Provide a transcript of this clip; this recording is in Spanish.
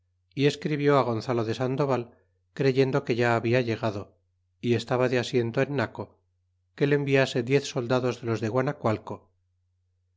y escribió á gonzalo de sandoval creyendo que ya habla llegado y estaba de asiento en naco que le enviase diez soldados de los de